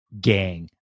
gang